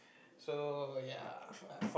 so ya